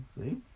See